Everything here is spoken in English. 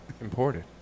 imported